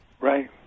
Right